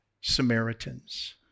Samaritans